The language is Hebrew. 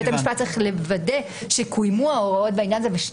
בית המשפט צריך לוודא שקוימו הזה וראות בעניין הזה וכי